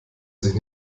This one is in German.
sich